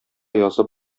язып